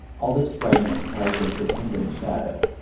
all this brightness has its attendant shadow,